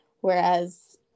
Whereas